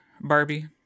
Barbie